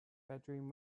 bedroom